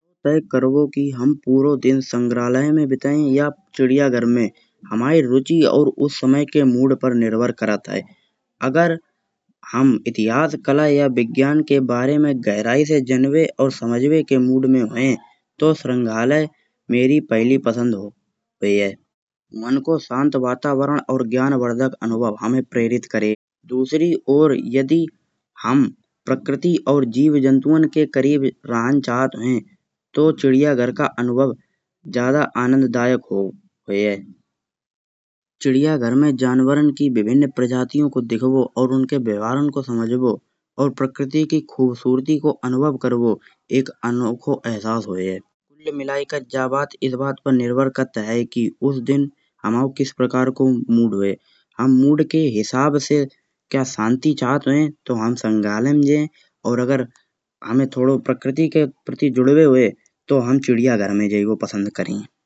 तय करबो कि हम पूरा दिन संग्रहालय में बिताएं या चिड़िया घर में हमाई रुचि और उस समय पर निर्भर करत है। अगर हम इतिहास कला या विज्ञान के बारे में गहराई से जानबे और समझबे के मूड में हुए तो संग्रहालय मेरी पहली पसंद होइ। मन को शांत वातावरण और ज्ञान वर्द्धक अनुभव हमें प्रेरित करें। दूसरी और यदि हम प्रकृति और जीव जंतु के करीब रहन चाहत हैं। तो चिड़िया घर का अनुभव जादा आनंदायक होइ। चिड़ियाघर में जानवरा की विभिन्न प्रजातियों को देखवो। और उनके व्यवहारन को समझवो प्रकृति की खूबसूरती को अनुभव करवो एक अनोखा अहसास होइ। कुल मिलएकर जा बात इस बार पर निर्भर करत है। कि उस दिन हुमाओ किस प्रकार को मूड होइ। हम मूड के हिसाब से क्या शांति चाहत होइ हम संग्रहालय में जाएं। हमें थोड़ा प्रकृति के प्रति जुड़बो होइ तो हम चिड़िया घर में जाएबो पसंद करये।